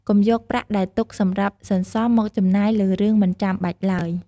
កុំយកប្រាក់ដែលទុកសម្រាប់សន្សំមកចំណាយលើរឿងមិនចាំបាច់ឡើយ។